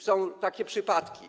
Są takie przypadki.